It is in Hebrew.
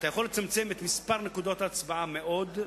אתה יכול לצמצם את מספר נקודות ההצבעה מאוד,